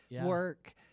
work